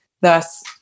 thus